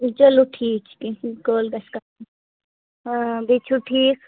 چلو ٹھیٖک چھُ کینٛہہ چھُ نہٕ کال گَژھِ کَرُن بیٚیہِ چھو ٹھیٖک